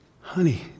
Honey